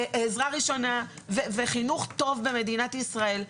עזרה ראשונה וחינוך טוב במדינת ישראל.